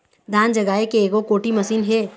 धान जगाए के एको कोठी मशीन हे?